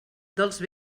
dels